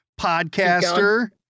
podcaster